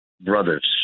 brothers